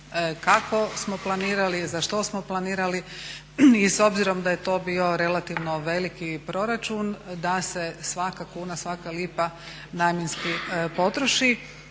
kako smo planirali, za što smo planirali. I s obzirom da je to bio relativno veliki proračun da se svaka kuna, svaka lipa namjenski potroši.